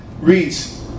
reads